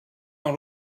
dans